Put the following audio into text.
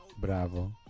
Bravo